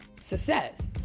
success